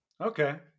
okay